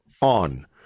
on